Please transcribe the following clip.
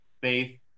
Faith